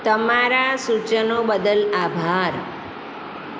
તમારાં સૂચનો બદલ આભાર